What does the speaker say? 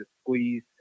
squeeze